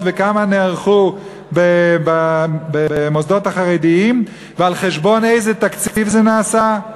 וכמה נערכו במוסדות החרדיים ועל חשבון איזה תקציב זה נעשה?